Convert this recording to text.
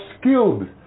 skilled